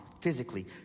physically